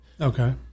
Okay